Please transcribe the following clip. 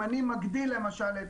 אם אני מגדיל, למשל,